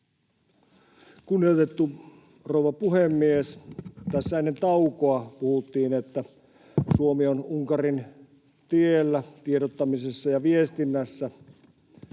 Kunnioitettu rouva puhemies! Tässä ennen taukoa puhuttiin, että Suomi on Unkarin tiellä tiedottamisessa ja viestinnässä.